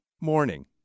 Morning